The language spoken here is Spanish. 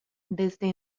desde